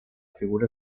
figura